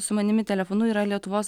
su manimi telefonu yra lietuvos